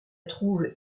trouve